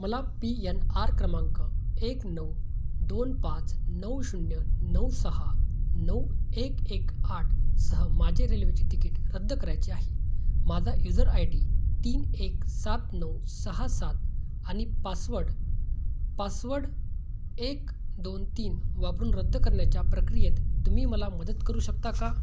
मला P N R क्रमांक एक नऊ दोन पाच नऊ शून्य नऊ सहा नऊ एक एक आठ सह माझे रेल्वेचे तिकीट रद्द करायचे आहे माझा युझर आय डी तीन एक सात नऊ सहा सात आणि पासवर्ड पासवर्ड एक दोन तीन वापरून रद्द करण्याच्या प्रक्रियेत तुम्ही मला मदत करू शकता का